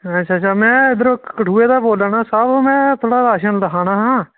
ते में इद्धर कठुआ दा बोल्ला ना साहब में थोह्ड़ा राशन लखाना हा